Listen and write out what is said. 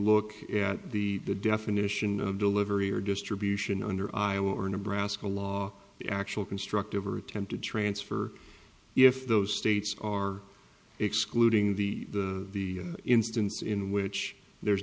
look at the the definition of delivery or distribution under iowa or nebraska law the actual constructive or attempted transfer if those states are excluding the the instance in which there